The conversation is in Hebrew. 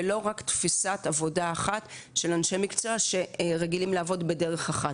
ולא רק תפיסת עבודה אחת של אנשי מקצוע שרגילים לעבוד בדרך אחת.